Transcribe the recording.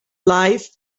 life